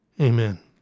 Amen